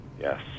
yes